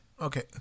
Okay